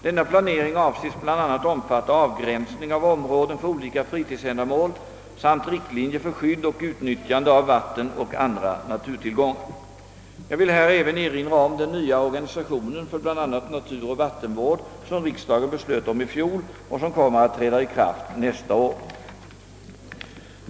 Denna planering avses bl.a. omfatta avgränsning av områden för olika fritidsändamål samt riktlinjer för skydd och utnyttjande av vatten och andra naturtillgångar. Jag vill här även erinra om den nya organisation för bl.a. naturoch vattenvård, som riksdagen beslöt om i fjol och som kommer att träda i kraft nästa år.